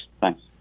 Thanks